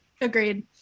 Agreed